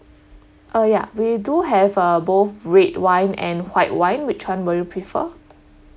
uh ya we do have uh both red wine and white wine which [one] will you prefer